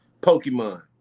Pokemon